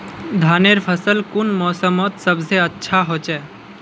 धानेर फसल कुन मोसमोत सबसे अच्छा होचे?